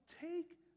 take